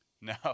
No